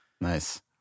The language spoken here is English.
Nice